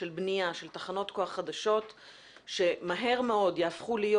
של בנייה של תחנות כוח חדשות הוא שמהר מאוד יהפכו להיות